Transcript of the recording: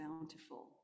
bountiful